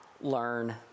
learn